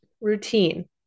Routine